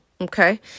okay